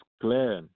clear